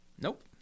Nope